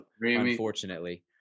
unfortunately